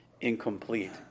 incomplete